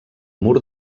mur